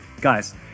Guys